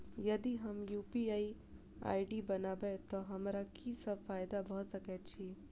यदि हम UPI ID बनाबै तऽ हमरा की सब फायदा भऽ सकैत अछि?